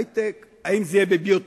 היי-טק, אם זה יהיה בביו-טכנולוגיה